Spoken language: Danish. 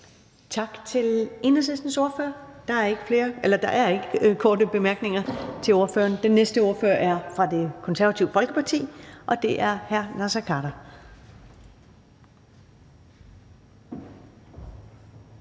Tak til Enhedslistens ordfører. Der er ingen korte bemærkninger til ordføreren. Den næste ordfører er fra Det Konservative Folkeparti, og det er hr. Naser Khader.